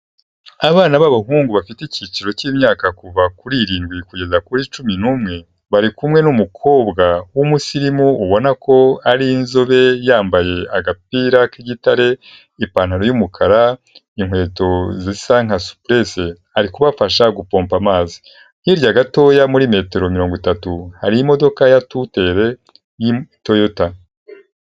Abana b'abahungu bafite icyiciro cy'imyaka kuva kuri irindwi kugeza kuri cumi n'umwe, bari kumwe n'umukobwa w'umusirimu ubona ko ari inzobe, yambaye agapira k'igitare, ipantaro y'umukara, inkweto zisa nka supurese ari kubafasha gupompa amazi. Hirya gatoya muri metero mirongo itatu, hari imodoka ya tutere y'itoyota.